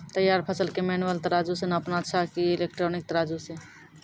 तैयार फसल के मेनुअल तराजु से नापना अच्छा कि इलेक्ट्रॉनिक तराजु से?